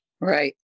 Right